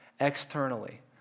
externally